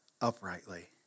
uprightly